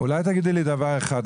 אולי תגידי לי דבר אחד.